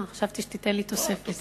חשבתי שתיתן לי תוספת.